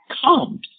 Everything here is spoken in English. comes